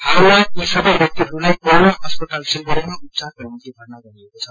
हालमा यी सबै व्याक्तिहरूलाई कोरोना अस्पताल सिलगङ्गीमा उपचारको निम्ति भर्ना गरिएको छ